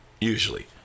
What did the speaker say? usually